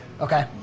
Okay